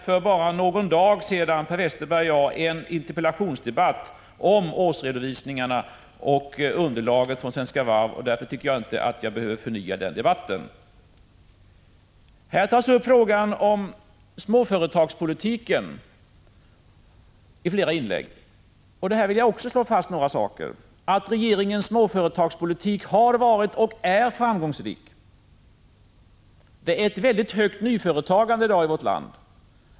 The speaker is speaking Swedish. För bara någon dag sedan hade Per Westerberg och jag en interpellationsdebatt om årsredovisningarna och beslutsunderlaget från Svenska Varv, och därför tycker jag inte att jag behöver förnya den debatten. Frågan om småföretagspolitiken tas upp i flera inlägg. Också här vill jag slå fast några saker. Regeringens småföretagspolitik har varit och är framgångsrik. Det är ett mycket högt nyföretagande i dag i vårt land.